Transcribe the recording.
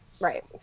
Right